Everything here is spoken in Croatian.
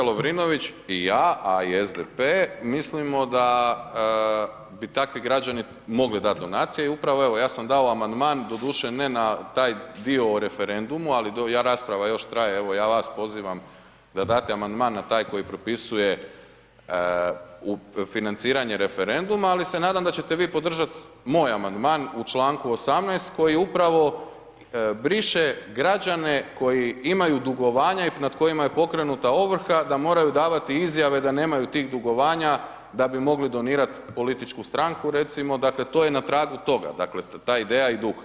Kolega Lovrinović, i ja, a i SDP, mislimo da bi takvi građani mogli dati donacije, i upravo evo ja sam dao amandman, doduše ne na taj dio o referendumu, ali rasprava još traje, evo ja vas pozivam da date amandman na taj koji propisuje financiranje referenduma, ali se nadam da će te vi podržat moj amandman u članku 18., koji upravo briše građane koji imaju dugovanja i nad kojima je pokrenuta ovrha, da moraju davati Izjave da nemaju tih dugovanja da bi mogli donirat političku stranku recimo, dakle, to je na tragu toga, dakle, ta ideja i duh.